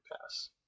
Pass